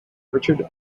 richard